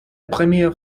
première